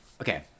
okay